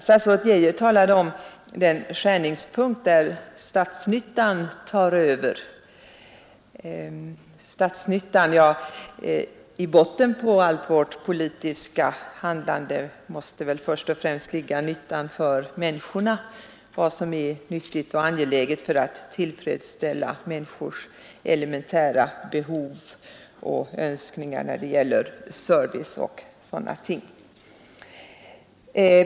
Statsrådet Geijer talade om den skärningspunkt där statsnyttan tar över. Ja, i botten på allt vårt handlande måste väl först och främst ligga nyttan för människorna — vad som är nyttigt och angeläget för att tillfredsställa människors elementära behov och önskningar när det gäller service och sådana ting.